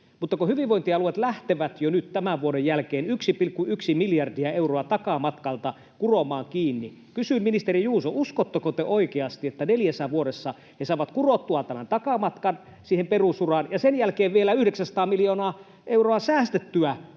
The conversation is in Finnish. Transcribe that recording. mutta kun hyvinvointialueet lähtevät jo nyt tämän vuoden jälkeen 1,1 miljardin euron takamatkaa kuromaan kiinni, kysyn, ministeri Juuso: uskotteko te oikeasti, että neljässä vuodessa he saavat kurottua tämän takamatkan siihen perusuraan ja sen jälkeen vielä 900 miljoonaa euroa säästettyä,